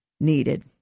needed